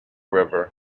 river